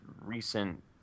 recent